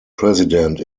president